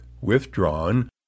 withdrawn